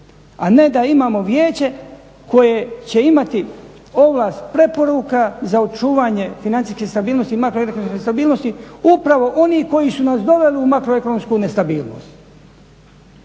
a ne da imamo vijeće koje će imati ovlast preporuka za očuvanje financijske stabilnosti, makroekonomske stabilnosti, upravo onih koji su nas doveli u makroekonomsku nestabilnost.